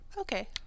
Okay